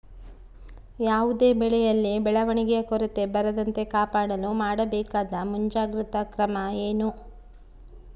ಯಾವುದೇ ಬೆಳೆಯಲ್ಲಿ ಬೆಳವಣಿಗೆಯ ಕೊರತೆ ಬರದಂತೆ ಕಾಪಾಡಲು ಮಾಡಬೇಕಾದ ಮುಂಜಾಗ್ರತಾ ಕ್ರಮ ಏನು?